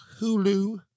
Hulu